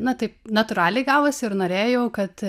na taip natūraliai gavosi ir norėjau kad